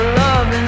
love